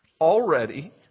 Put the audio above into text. Already